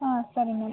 ಹಾಂ ಸರಿ ಮ್ಯಾಮ್